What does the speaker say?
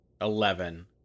Eleven